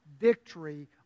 victory